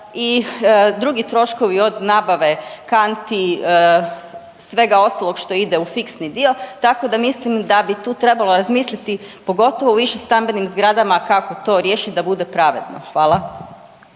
i drugi troškovi od nabave kanti, svega ostalog što ide u fiksni dio, tako da mislim da bi tu trebalo razmisliti, pogotovo u višestambenim zgradama kako to riješiti da bude pravedno. Hvala.